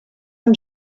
amb